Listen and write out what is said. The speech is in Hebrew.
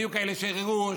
היו כאלה שרימו,